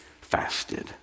fasted